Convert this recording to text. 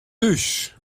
thús